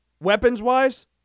Weapons-wise